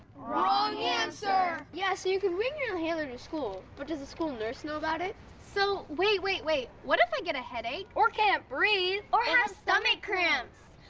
wrong answer. yeah, so you can bring your inhaler to school but does the school nurse know about it? so wait, wait, wait, what if i get a headache? or can't breathe? or have stomach cramps?